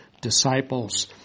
disciples